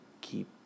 keep